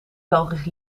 belgisch